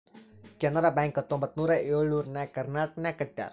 Canara bank ಹತ್ತೊಂಬತ್ತ್ ನೂರಾ ಎಳುರ್ನಾಗ್ ಕರ್ನಾಟಕನಾಗ್ ಕಟ್ಯಾರ್